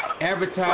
Advertise